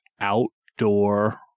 Outdoor